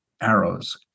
arrows